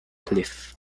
cliff